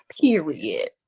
Period